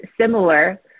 similar